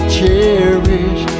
cherish